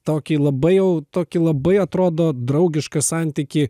tokį labai jau tokį labai atrodo draugišką santykį